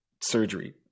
surgery